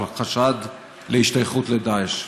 על חשד להשתייכות לדאעש.